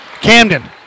Camden